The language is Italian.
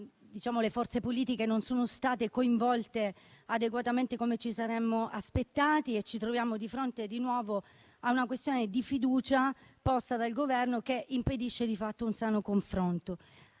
le forze politiche non sono state coinvolte adeguatamente come ci saremmo aspettati e ci troviamo di fronte di nuovo a una questione di fiducia posta dal Governo che impedisce di fatto un sano confronto.